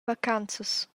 vacanzas